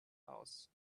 house